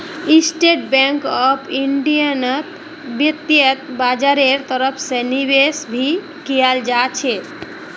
state bank of इन्डियात वित्तीय बाजारेर तरफ से निवेश भी कियाल जा छे